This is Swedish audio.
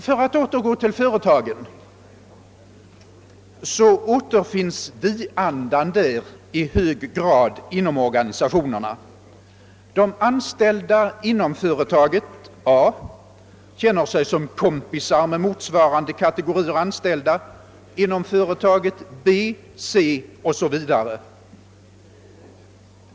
För att återgå till företagen så återfinns vi-andan där i hög grad inom organisationerna. De anställda inom företaget A känner sig som »kompisar» med motsvarande kategori anställda inom företagen B, C o.s.v.